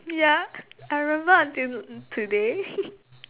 ya I remember until today